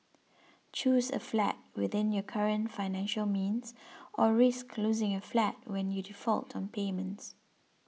choose a flat within your current financial means or risk losing your flat when you default on payments